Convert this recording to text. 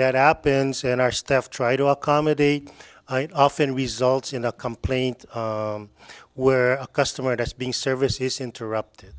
that happens and our staff try to accommodate i often results in a complaint were a customer that's being service is interrupted